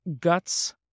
guts